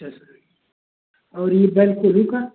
अच्छा सर और ये बैल कोल्हू का